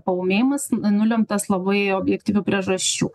paūmėjimas nulemtas labai objektyvių priežasčių